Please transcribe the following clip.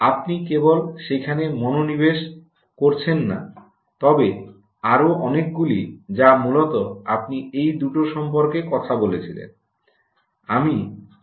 আপনি কেবল সেখানে মনোনিবেশ করছেন না তবে আরও অনেকগুলি যা মূলত আপনি এই দুটো সম্পর্কে কথা বলছেন